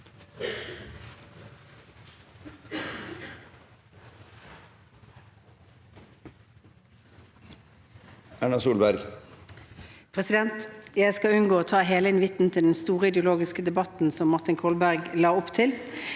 Erna Solberg Jeg skal unngå å ta hele invitten til den store ideologiske debatten som Martin Kolberg la opp til.